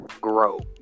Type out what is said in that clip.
grow